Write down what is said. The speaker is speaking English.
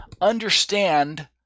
understand